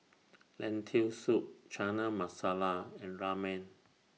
Lentil Soup Chana Masala and Ramen